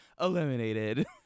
eliminated